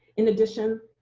in addition,